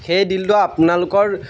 সেই দিলটো আপোনালোকৰ